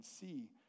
see